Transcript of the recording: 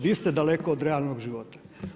Vi ste daleko od realnog života.